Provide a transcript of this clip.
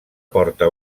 porta